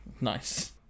Nice